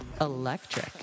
Electric